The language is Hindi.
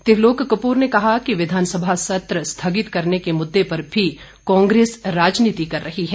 त्रिलोक कपूर ने कहा कि विधानसभा सत्र स्थगित करने के मुददे पर भी कांग्रेस राजनीति कर रही है